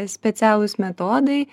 specialūs metodai